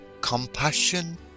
compassion